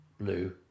blue